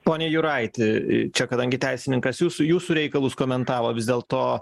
pone juraiti čia kadangi teisininkas jūsų jūsų reikalus komentavo vis dėlto